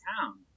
town